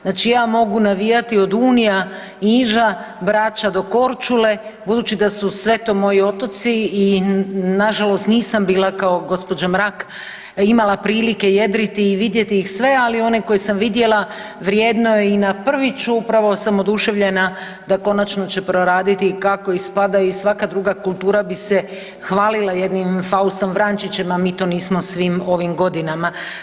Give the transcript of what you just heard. Znači ja mogu navijati od Unija, Iža, Brača do Korčule budući da su sve to moji otoci i nažalost nisam bila kao gospođa Mrak imala prilike jedriti i vidjeti ih sve, ali one koje sam vidjela vrijedno je i na Prvić, upravo sam oduševljena da konačno će proraditi kako i spada i svaka druga kultura bi se hvalila jednim Faustom Vrančićem, a mi to nismo svim ovim godinama.